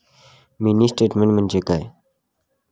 Mini statement म्हणजे काय?